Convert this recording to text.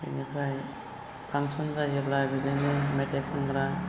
बेनिफ्राय फांसन जायोब्ला बिदिनो मेथाइ खनग्रा